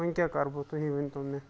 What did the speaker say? وۄنۍ کیٛاہ کَرٕ بہٕ تُہی ؤنۍتو مےٚ